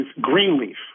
Greenleaf